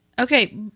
Okay